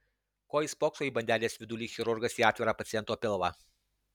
ko jis spokso į bandelės vidų lyg chirurgas į atvirą paciento pilvą